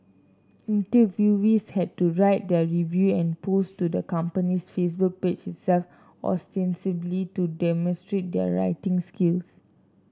interviewees had to write their review and post to the company's Facebook page itself ostensibly to demonstrate their writing skills